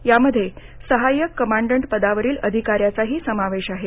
यामध्ये सहायक कमांडंट पदावरील अधिका याचाही समावेश आहे